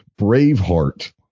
Braveheart